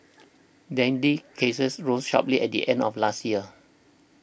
dengue cases rose sharply at the end of last year